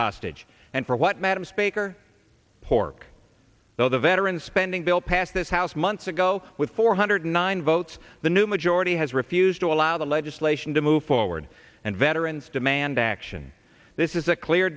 hostage and for what madam speaker pork though the veteran spending bill passed this house months ago with four hundred nine votes the new majority has refused to allow the legislation to move forward and veterans demand action this is a clear